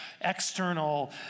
external